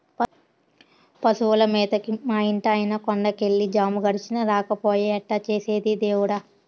పశువుల మేతకి మా ఇంటాయన కొండ కెళ్ళి జాము గడిచినా రాకపాయె ఎట్టా చేసేది దేవుడా